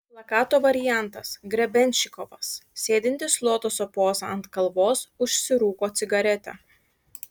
plakato variantas grebenščikovas sėdintis lotoso poza ant kalvos užsirūko cigaretę